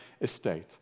estate